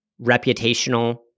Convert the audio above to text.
reputational